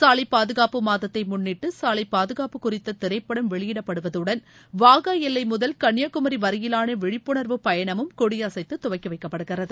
சாலை பாதுகாப்பு மாதத்தை முன்னிட்டு சாலை பாதுகாப்பு குறித்த திரைப்படம் வெளியிடப்படுவதுடன் வாகா எல்லை முதல் கன்னியாகுமரி வரையிவாள விழிப்புணர்வுப் பயணமும் கொடியசைத்துத் துவக்கி வைக்கப்படுகிறது